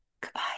goodbye